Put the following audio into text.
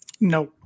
No